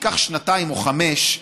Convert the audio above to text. שתיקח שנתיים או חמש,